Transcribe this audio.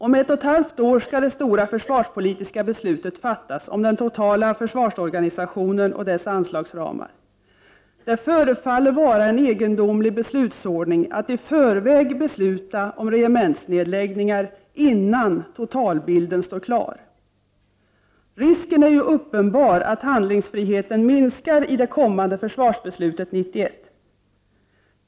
Om ett och ett halvt år skall det stora försvarspolitiska beslutet fattas om den totala försvarsorganisationen och dess anslagsramar. Det förefaller vara en egendomlig beslutsordning att i förväg besluta om regementsnedläggningar innan totalbilden står klar. Risken är uppenbar att handlingsfriheten minskar i det kommande försvarsbeslutet 1991.